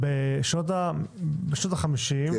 בשנות ה-50',